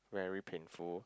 very painful